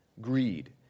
Greed